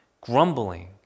grumbling